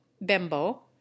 bembo